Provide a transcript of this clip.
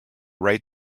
right